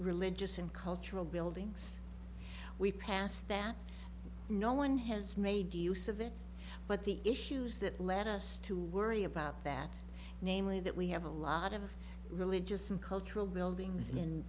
religious and cultural buildings we pass that no one has made use of it but the issues that led us to worry about that namely that we have a lot of religious and cultural buildings in